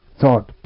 thought